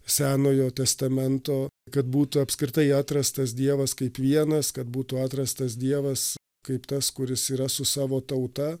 senojo testamento kad būtų apskritai atrastas dievas kaip vienas kad būtų atrastas dievas kaip tas kuris yra su savo tauta